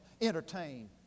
entertain